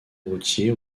routier